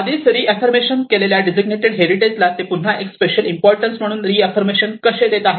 आधीच रीऍफिर्मशन केलेल्या designated heritage ला ते पुन्हा एक स्पेशल इम्पॉर्टन्स म्हणून रीऍफिर्मशन कसे देत आहेत